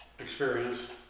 experience